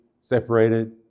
separated